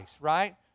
right